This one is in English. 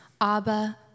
Abba